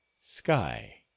sky